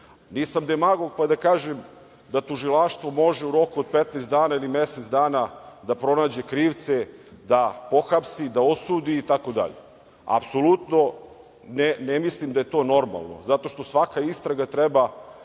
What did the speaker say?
nisam demagog pa da kažem, da tužilaštvo može u roku od 15 dana ili mesec dana da pronađe krivce, da pohapsi, da osudi, itd. Apsolutno ne mislim da je to normalno, zato što svaka istraga treba